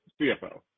CFO